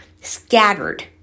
scattered